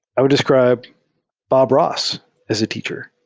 i would describe bob ross as a teacher.